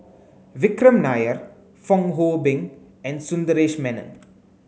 Vikram Nair Fong Hoe Beng and Sundaresh Menon